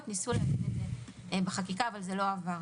ניסו לקבוע את זה בחקיקה אבל זה לא עבר.